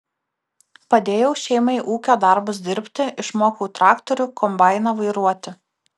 padėjau šeimai ūkio darbus dirbti išmokau traktorių kombainą vairuoti